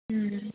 ம்